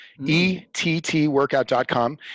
Ettworkout.com